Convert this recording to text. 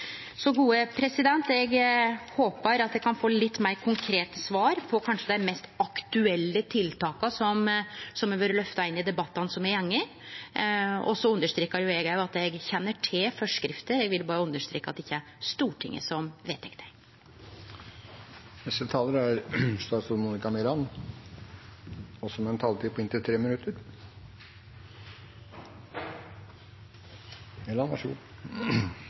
Eg håpar at eg kan få litt meir konkrete svar på kanskje dei mest aktuelle tiltaka som har vore løfta inn i debattane som har gått. Eg vil òg understreke at eg kjenner til forskrifter – eg ville berre understreke at det ikkje er Stortinget som vedtek dei. Interpellanten ba i interpellasjonen meg om å redegjøre for synspunkt på funn i rapporten, og